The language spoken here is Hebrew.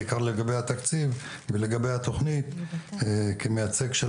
בעיקר לגבי התקציב ולגבי התכנית כמיצג של